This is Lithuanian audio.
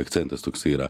akcentas toks yra